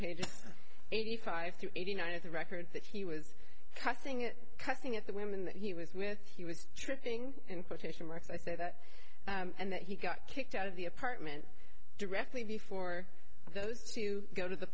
pages eighty five to eighty nine are the records that he was cussing at cussing at the women that he was with he was tripping in quotation marks i say that and that he got kicked out of the apartment directly before those two go to the